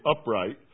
upright